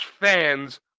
fans